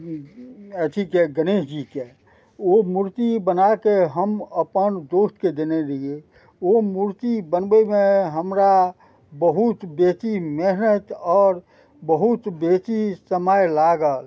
अथीके गणेश जीके ओ मूर्ति बनाके हम अपन दोस्तके देने रहियै ओ मूर्ति बनबैमे हमरा बहुत बेसी मेहनत आओर बहुत बेसी समय लागल